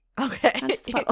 Okay